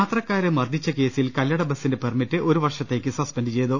യാത്രക്കാരെ മർദ്ദിച്ച കേസിൽ കല്ലട ബസിന്റെ പെർമിറ്റ് ഒരു വർഷത്തേയ്ക്ക് സസ്പെന്റ് ചെയ്തു